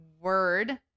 word